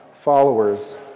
followers